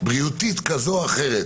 בריאותית כזאת או אחרת